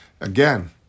Again